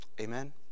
Amen